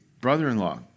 brother-in-law